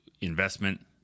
investment